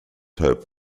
hope